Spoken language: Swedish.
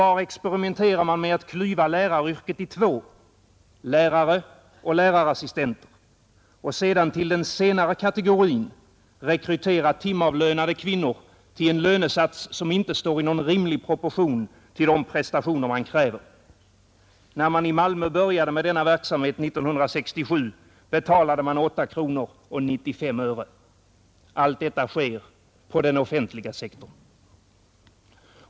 Var experimenterar man med att klyva läraryrket i två — lärare och lärarassistenter — och sedan till den senare kategorin rekrytera timavlönade kvinnor till en lönesats som inte står i någon rimlig proportion till de prestationer man kräver? När man i Malmö började med denna verksamhet 1967 betalade man 8 kronor 95 öre. Allt detta sker på den offentliga sektorn.